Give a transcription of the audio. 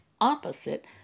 opposite